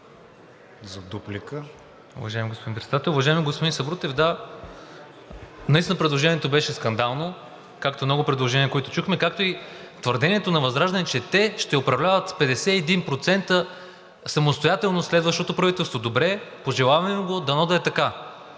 Промяната): Уважаеми господин Председател, уважаеми господин Сабрутев! Да, наистина предложението беше скандално, както много предложения, които чухме, както и твърдението на ВЪЗРАЖДАНЕ, че те ще управляват с 51% самостоятелно в следващото правителство. Добре, пожелавам им го, дано да е така,